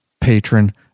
patron